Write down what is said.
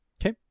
Okay